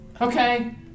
Okay